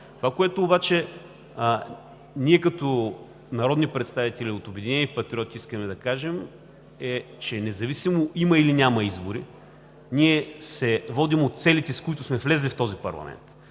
Това, което обаче ние като народни представители от „Обединени патриоти“ искаме да кажем, е, че независимо има или няма избори, ние се водим от целите, с които сме влезли в този парламент.